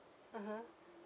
mmhmm